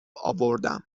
اوردم